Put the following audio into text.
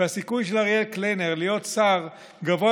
והסיכוי של אריאל קלנר להיות שר גבוה